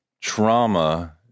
trauma